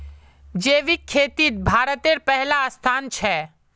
जैविक खेतित भारतेर पहला स्थान छे